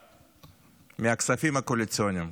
להתחיל מהכספים הקואליציוניים